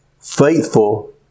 Faithful